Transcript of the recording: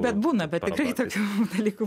bet būna bet tikrai tokių dalykų